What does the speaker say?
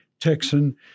Texan